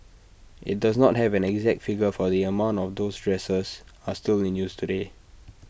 IT does not have an exact figure for the amount of those dressers are still in use today